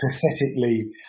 pathetically